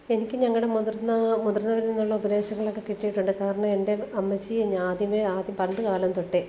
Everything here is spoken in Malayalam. എനിക്ക് ഞങ്ങളുടെ മുതിര്ന്ന മുതിർന്നവരില് നിന്നുള്ള ഉപദേശങ്ങളൊക്കെ കിട്ടിയിട്ടുണ്ട് കാരണം എന്റെ അമ്മച്ചി ഞാൻ ആദ്യമേ ആദ്യ പണ്ട് കാലം തൊട്ടേ